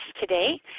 today